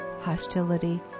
hostility